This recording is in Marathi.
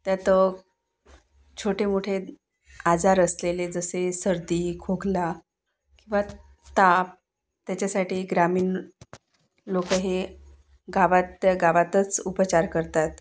त्यात छोटेमोठे आजार असलेले जसे सर्दी खोकला व ताप त्याच्यासाठी ग्रामीण लोक हे गावातल्या गावातच उपचार करतात